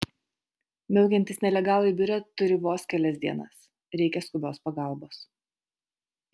miaukiantys nelegalai biure turi vos kelias dienas reikia skubios pagalbos